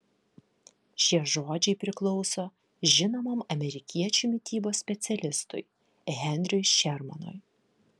šie žodžiai priklauso žinomam amerikiečių mitybos specialistui henriui šermanui